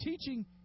teaching